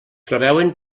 preveuen